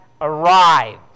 arrived